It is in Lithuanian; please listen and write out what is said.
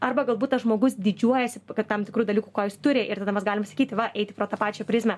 arba galbūt tas žmogus didžiuojasi kad tam tikrų dalykų ko jis turi ir tada mes galim sakyti va eiti pro tą pačią prizmę